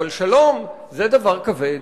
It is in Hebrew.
אבל שלום זה דבר כבד,